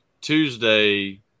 Tuesday